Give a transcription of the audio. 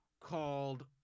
called-